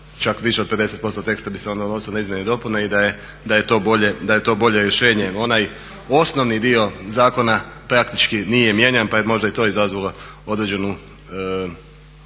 Čak više od 50% teksta bi se onda odnosilo na izmjene i dopune i da je to bolje rješenje. Onaj osnovni dio zakona praktički nije mijenjan, pa je možda i to izazvalo određenu